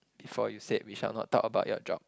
before you said we shall not talk about your job